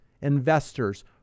investors